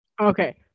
Okay